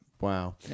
Wow